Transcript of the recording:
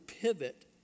pivot